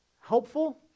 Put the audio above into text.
helpful